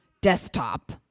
desktop